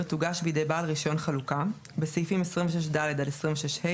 תוגש בידי בעל רישיון חלוקה (בסעיפים 26ד עד 26ה,